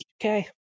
Okay